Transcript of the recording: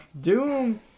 Doom